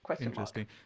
Interesting